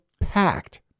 packed